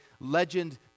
legend